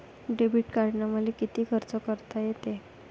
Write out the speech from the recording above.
Debit कार्डानं मले किती खर्च करता येते?